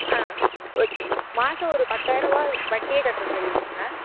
ஆ okay மாதம் ஒரு பத்தாயிர ரூபா வட்டியே கட்டுற மாதிரி இருக்கும்க